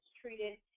treated